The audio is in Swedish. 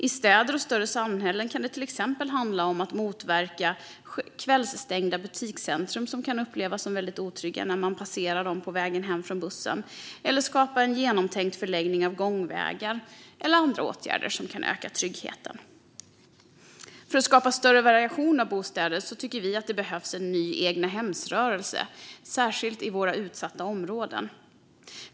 I städer och större samhällen kan det till exempel handla om att motverka kvällsstängda butikscentrum, som kan upplevas som otrygga när man passerar dem på vägen hem från bussen. Det kan också handla om att skapa en genomtänkt förläggning av gångvägar och andra åtgärder som kan öka tryggheten. För att skapa större variation av bostäder tycker vi att det behövs en ny egnahemsrörelse, särskilt i våra utsatta områden.